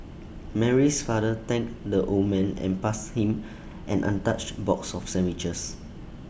Mary's father thanked the old man and passed him an untouched box of sandwiches